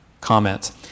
comment